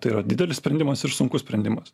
tai yra didelis sprendimas ir sunkus sprendimas